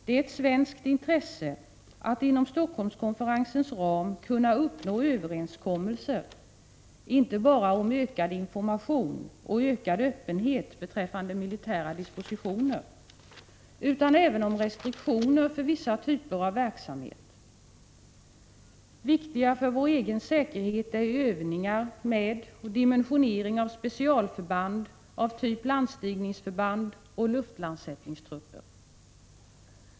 Det är ett svenskt intresse att inom Helsingforsskonferensens ram kunna uppnå överenskommelser, inte bara om ökad information och ökad öppenhet beträffande militära dispositioner, utan även om restriktioner för vissa typer av verksamhet. Viktiga för vår egen säkerhet är övningar med och dimensionering av specialförband av typ landstigningsförband och luftlandsättningstrupper.